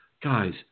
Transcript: Guys